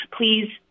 please